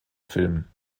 filmen